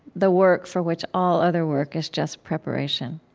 the work for which all other work is just preparation.